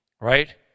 Right